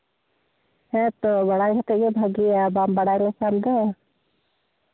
ᱦᱮᱸ ᱛᱚ ᱵᱟᱲᱟᱭ ᱠᱟᱛᱮᱫ ᱜᱮ ᱵᱷᱟᱜᱮᱭᱟ ᱵᱟᱢ ᱵᱟᱲᱟᱭ ᱞᱮᱠᱷᱟᱱ ᱫᱚ